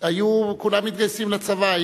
היו כולם מתגייסים לצבא,